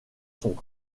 son